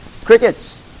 Crickets